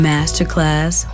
Masterclass